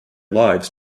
lives